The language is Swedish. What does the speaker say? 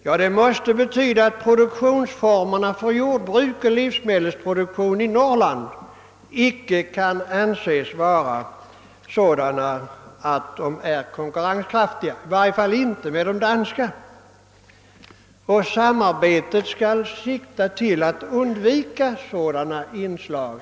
Ja, det måste betyda att produktionsformerna för jordbruk och livsmedelsproduktion i Norrland icke kan anses konkurrenskraftiga, i varje fall inte med de danska pro duktionsformerna — och samarbetet skall ju enligt vad som uttalats undvika sådana inslag.